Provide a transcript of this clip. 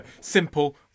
simple